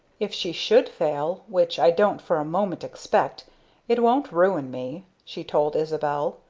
if she should fail which i don't for a moment expect it wont ruin me, she told isabel.